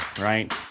right